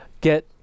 get